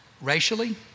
racially